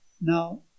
Now